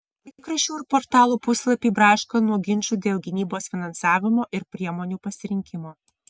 laikraščių ir portalų puslapiai braška nuo ginčų dėl gynybos finansavimo ir priemonių pasirinkimo